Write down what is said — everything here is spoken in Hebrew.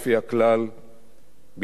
בנפול אויבך אל תשמח.